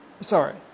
Sorry